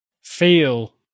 feel